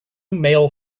male